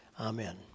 Amen